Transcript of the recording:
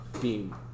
Beam